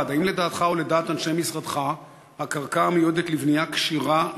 1. האם לדעתך או לדעת אנשי משרדך הקרקע המיועדת לבנייה כשירה למגורים?